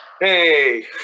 hey